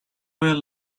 where